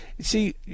see